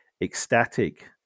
ecstatic